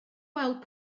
gweld